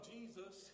Jesus